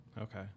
Okay